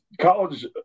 College